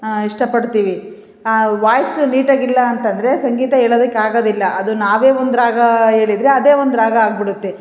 ಇಷ್ಟಪಡ್ತೀವಿ ಆ ವಾಯ್ಸ್ ನೀಟಾಗಿ ಇಲ್ಲ ಅಂತಂದರೆ ಸಂಗೀತ ಹೇಳೋದಕ್ಕೆ ಆಗೋದಿಲ್ಲ ಅದು ನಾವೇ ಒಂದು ರಾಗ ಹೇಳಿದ್ರೆ ಅದೇ ಒಂದು ರಾಗ ಆಗಿಬಿಡುತ್ತೆ